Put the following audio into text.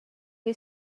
you